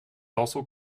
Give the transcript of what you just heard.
also